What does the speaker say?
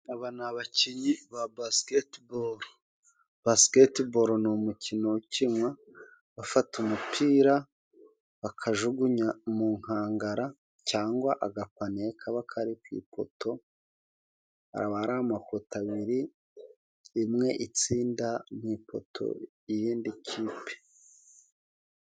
Aba ni abakinnyi ba basiketiboro, basiketiboro ni umukino ukinwa bafata umupira bakajugunya mu nkangara cyangwa agapaniye kaba kari ku ipoto. Aba ari amapoto abiri imwe itsinda mu ipoto ry'iyindi kipe.